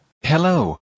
Hello